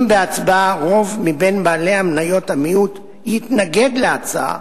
אם בהצבעה רוב מבין בעלי מניות המיעוט יתנגד להצעה,